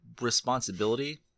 responsibility